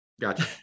Gotcha